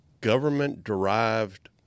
government-derived